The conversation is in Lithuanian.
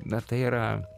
na tai yra